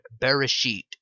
bereshit